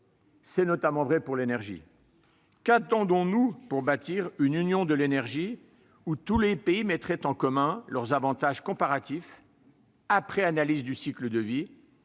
C'est notamment vrai pour l'énergie. Qu'attendons-nous pour bâtir une union de l'énergie où tous les pays mettraient en commun leurs avantages comparatifs, après analyse en cycle de vie-